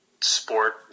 sport